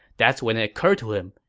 that's when it occurred to him,